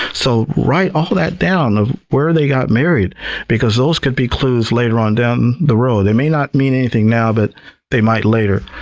so write all that down of where they got married, because those could be clues later on down the road. they may not mean anything now but they might later.